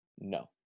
No